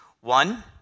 One